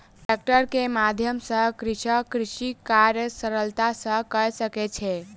tractor के माध्यम सॅ कृषक कृषि कार्य सरलता सॅ कय सकै छै